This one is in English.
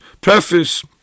preface